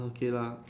okay lah